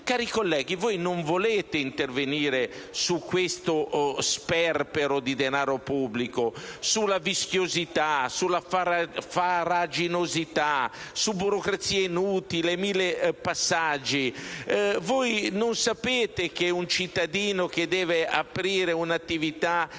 Cari colleghi, voi non volete intervenire su questo sperpero di denaro pubblico, sulla vischiosità, sulla farraginosità, sulla burocrazia inutile e sui 1000 passaggi. Voi non sapete che un cittadino che deve avviare una attività